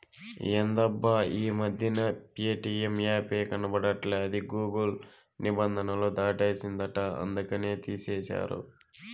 ఎందబ్బా ఈ మధ్యన ప్యేటియం యాపే కనబడట్లా అది గూగుల్ నిబంధనలు దాటేసిందంట అందుకనే తీసేశారు